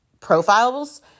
profiles